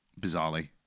bizarrely